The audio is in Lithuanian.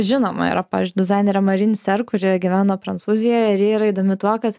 žinoma yra pavyzdžiui dizainerė marin serk kuri gyvena prancūzijoj ir ji yra įdomi tuo kad